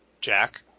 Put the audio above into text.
jack